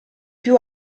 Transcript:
più